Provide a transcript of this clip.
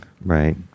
right